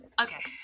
okay